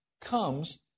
comes